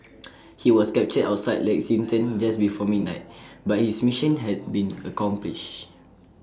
he was captured outside Lexington just before midnight but his mission had been accomplished